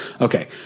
Okay